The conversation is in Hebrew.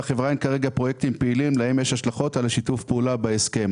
לחברה אין כרגע פרויקטים פעילים להם יש השלכות על שיתוף פעולה בהסכם.